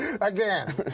again